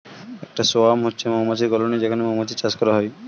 একটা সোয়ার্ম হচ্ছে মৌমাছির কলোনি যেখানে মৌমাছির চাষ হয়